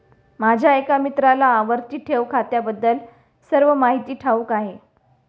माझ्या एका मित्राला आवर्ती ठेव खात्याबद्दल सर्व माहिती ठाऊक आहे